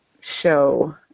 show